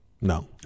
No